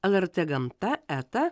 lrt gamta eta